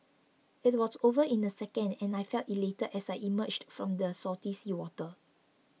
it was over in a second and I felt elated as I emerged from the salty seawater